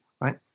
right